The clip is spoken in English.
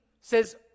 says